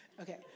okay